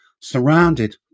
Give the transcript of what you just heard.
surrounded